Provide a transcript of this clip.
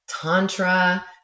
Tantra